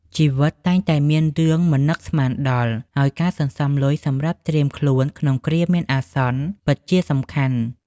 ជីវិតតែងតែមានរឿងមិននឹកស្មានដល់ ហើយការសន្សំលុយសម្រាប់ត្រៀមខ្លួនក្នុងគ្រាមានអាសន្នពិតជាសំខាន់ ។